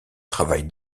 travaille